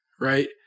right